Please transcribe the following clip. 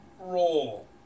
roll